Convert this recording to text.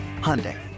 Hyundai